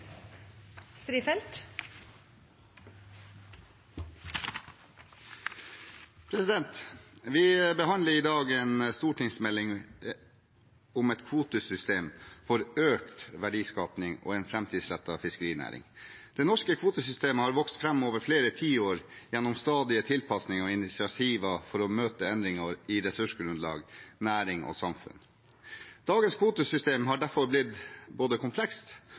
omme. Vi behandler i dag en stortingsmelding om et kvotesystem for økt verdiskaping og en framtidsrettet fiskerinæring. Det norske kvotesystemet har vokst fram over flere tiår gjennom stadige tilpasninger og initiativer for å møte endringer i ressursgrunnlag, næring og samfunn. Dagens kvotesystem har derfor blitt både komplekst